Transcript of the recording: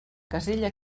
casella